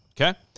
Okay